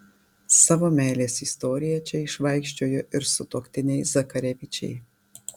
savo meilės istoriją čia išvaikščiojo ir sutuoktiniai zakarevičiai